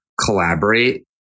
collaborate